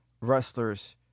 wrestlers